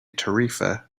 tarifa